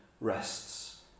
rests